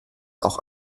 auch